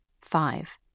Five